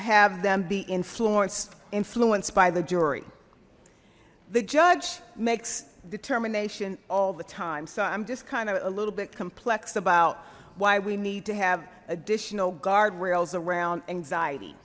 have them be influenced influenced by the jury the judge makes determination all the time so i'm just kind of a little bit complex about why we need to have additional guardrails around anxiety